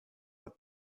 what